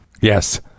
Yes